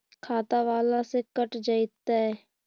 खाता बाला से कट जयतैय?